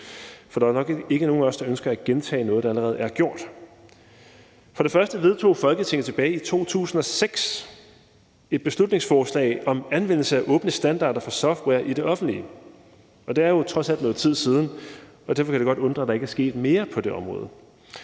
nu. Der er nok ikke nogen af os, der ønsker at gentage noget, der allerede er gjort. For det første vedtog Folketinget tilbage i 2006 et beslutningsforslag om anvendelse af åbne standarder for software i det offentlige. Det er jo trods alt noget tid siden, og derfor kan det godt undre, at der ikke er sket mere på det område.